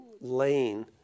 lane